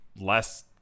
less